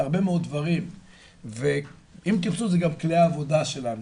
הרבה מאוד דברים ואם תרצו זה גם כליי העבודה שלנו,